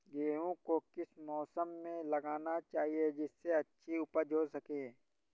गेहूँ को किस मौसम में लगाना चाहिए जिससे अच्छी उपज हो सके?